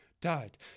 died